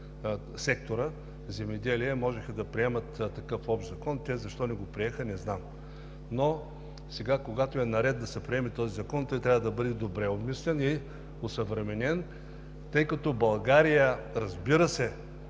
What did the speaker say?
сектор „Земеделие“, можеха да приемат такъв общ закон. Защо не го приеха, не знам. Но сега, когато е наред да се приеме този закон, той трябва да бъде добре обмислен и осъвременен, тъй като България, разбира се,